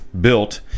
built